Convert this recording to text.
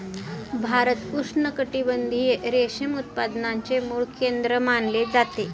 भारत उष्णकटिबंधीय रेशीम उत्पादनाचे मूळ केंद्र मानले जाते